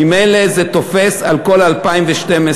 ממילא זה תופס על כל 2012,